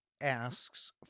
asks